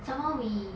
somemore we